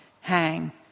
hang